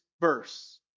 verse